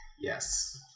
Yes